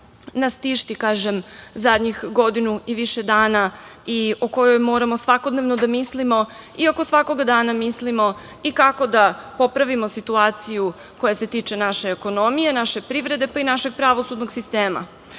nas tišti, kažem, zadnjih godinu i više dana i o kojoj moramo svakodnevno da mislimo iako svakoga dana mislimo i kako da popravimo situaciju koja se tiče naše ekonomije, naše privrede, pa i našeg pravosudnog sistema. Na